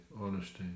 honesty